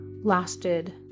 lasted